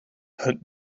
het